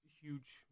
huge